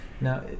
Now